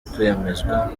kwemezwa